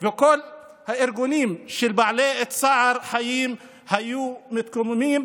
וכל הארגונים של צער בעלי חיים היו מתקוממים.